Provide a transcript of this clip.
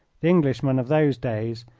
the englishman of those days,